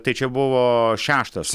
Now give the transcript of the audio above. tai čia buvo šeštas